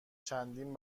چندین